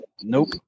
Nope